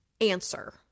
answer